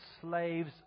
slaves